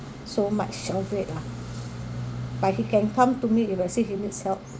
so much of it ah but he can come to me if I see he needs help